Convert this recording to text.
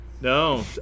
No